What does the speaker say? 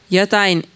jotain